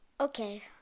Okay